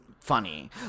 funny